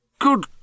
Good